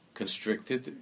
constricted